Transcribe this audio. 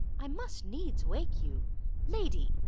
i must needs wake you lady!